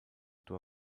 tuo